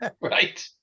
Right